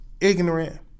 ignorant